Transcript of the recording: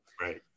Right